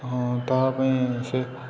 ହଁ ତାହା ପାଇଁ ସେ